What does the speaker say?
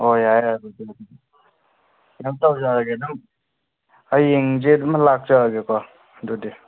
ꯑꯣ ꯌꯥꯔꯦ ꯌꯥꯔꯦ ꯑꯗꯨꯗꯤ ꯀꯩꯅꯣ ꯇꯧꯖꯔꯒꯦ ꯑꯗꯨꯝ ꯍꯌꯦꯡꯁꯦ ꯑꯗꯨꯝ ꯂꯥꯛꯆꯔꯒꯦꯀꯣ ꯑꯗꯨꯗꯤ